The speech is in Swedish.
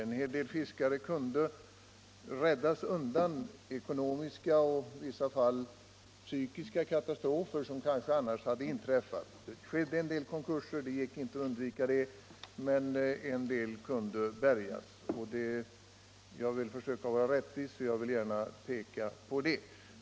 Många fiskare kunde räddas undan de ekonomiska och i vissa fall psykiska katastrofer som kanske annars hade inträffat. Det gick inte att undvika vissa konkurser, men en del kunde bärgas, och jag vill försöka vara rättvis och peka på det.